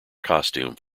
costume